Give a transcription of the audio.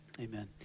amen